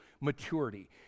maturity